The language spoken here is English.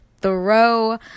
throw